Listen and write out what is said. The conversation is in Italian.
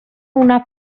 una